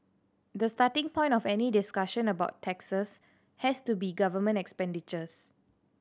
the starting point of any discussion about taxes has to be government expenditures